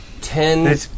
Ten